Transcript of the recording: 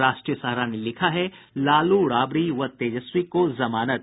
राष्ट्रीय सहारा ने लिखा है लालू राबड़ी व तेजस्वी को जमानत